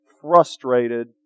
frustrated